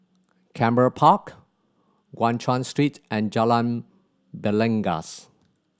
Canberra Park Guan Chuan Street and Jalan Belangkas